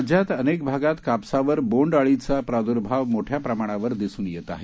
राज्यात अनेक भागात कापसावर बोंड आळीचा प्राद्भाव मोठ्या प्रमाणावर दिसून येत आहे